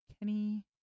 Kenny